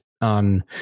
on